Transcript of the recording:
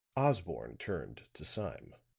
osborne turned to sime.